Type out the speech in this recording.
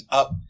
up